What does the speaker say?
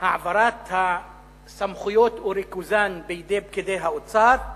העברת הסמכויות או ריכוזן בידי פקידי האוצר,